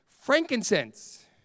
Frankincense